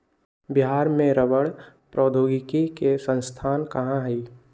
बिहार में रबड़ प्रौद्योगिकी के संस्थान कहाँ हई?